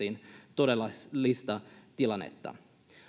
todellista tilannetta